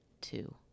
two